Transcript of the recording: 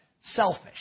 selfish